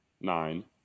nine